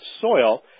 soil